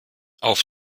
auf